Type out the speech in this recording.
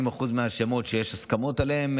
80% מהשמות, יש הסכמות עליהם.